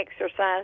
exercise